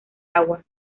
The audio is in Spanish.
agua